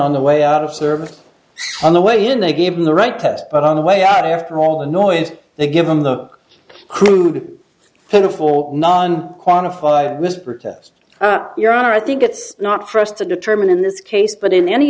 on the way out of service on the way and they gave him the right test but on the way out after all the noise they give him the pitiful non quantified was protest your honor i think it's not for us to determine in this case but in any